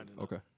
okay